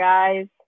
Guys 。